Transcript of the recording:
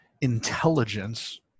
intelligence